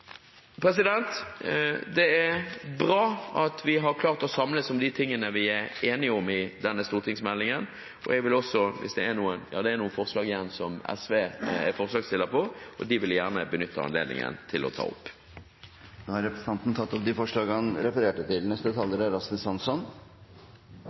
Det er bra at vi har klart å samles om de tingene vi er enige om i denne stortingsmeldingen. Det er ett forslag igjen som SV er forslagstiller til, og det vil jeg benytte anledningen til å ta opp. Representanten Heikki Eidsvoll Holmås har tatt opp det forslaget han refererte til.